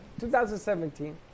2017